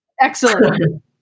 excellent